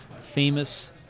Famous